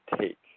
take